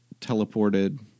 teleported